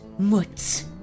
Mutz